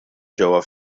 ġewwa